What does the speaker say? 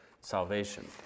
salvation